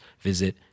visit